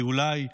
בלי אולי,